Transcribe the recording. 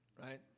right